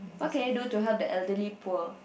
what can you do to help the elderly poor